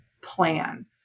plan